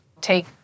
take